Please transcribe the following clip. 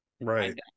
right